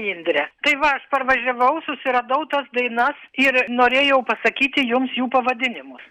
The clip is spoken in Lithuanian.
indre tai va aš parvažiavau susiradau tas dainas ir norėjau pasakyti jums jų pavadinimus